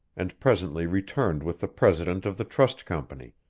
and presently returned with the president of the trust company.